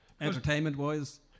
Entertainment-wise